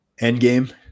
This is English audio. Endgame